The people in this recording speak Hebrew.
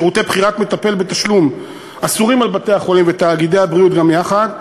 שירותי בחירת מטפל בתשלום אסורים על בתי-החולים ותאגידי הבריאות גם יחד,